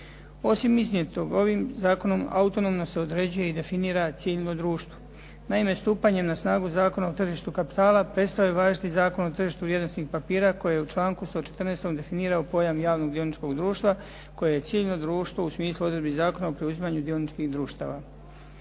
Osim iznijetog ovim zakonom autonomno se određuje i definira civilno društvo. Naime, stupanje na snagu Zakona o tržištu kapitala prestao je važiti Zakon o tržištu vrijednosnih papira koje je u članku 114. definirao pojam javnog dioničkog društva koje je ciljno društvo u smislu odredbi Zakona o preuzimanju dioničkih društava.